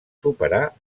superar